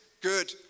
good